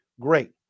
Great